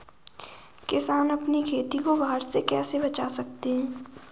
किसान अपनी खेती को बाढ़ से कैसे बचा सकते हैं?